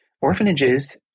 orphanages